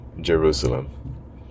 Jerusalem